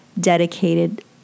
dedicated